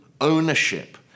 ownership